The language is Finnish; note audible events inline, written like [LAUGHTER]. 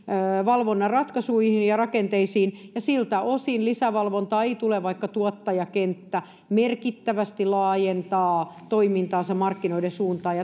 valvonnan ratkaisuihin ja rakenteisiin ja siltä osin lisävalvontaa ei tule vaikka tuottajakenttä merkittävästi laajentaa toimintaansa markkinoiden suuntaan [UNINTELLIGIBLE]